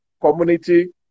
community